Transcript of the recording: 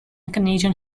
canadian